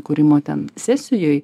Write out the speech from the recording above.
kūrimo ten sesijoj